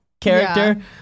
character